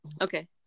okay